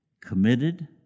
committed